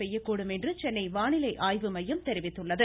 பெய்யக்கூடும் என்று சென்னை வானிலை ஆய்வுமையம் தெரிவித்துள்ளது